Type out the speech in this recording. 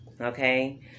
okay